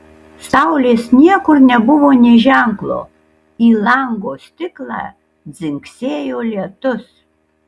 saulės niekur nebuvo nė ženklo į lango stiklą dzingsėjo lietus